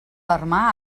armar